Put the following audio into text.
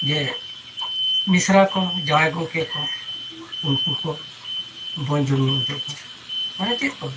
ᱡᱮ ᱢᱤᱥᱨᱟ ᱠᱚ ᱡᱟᱶᱟᱭ ᱜᱚᱢᱠᱮ ᱠᱚ ᱩᱱᱠᱩ ᱠᱚ ᱵᱚᱱ ᱡᱚᱢᱼᱧᱩ ᱦᱚᱪᱚ ᱠᱚᱣᱟ ᱢᱟᱱᱮ ᱪᱮᱫ ᱠᱚ